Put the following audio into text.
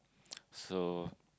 so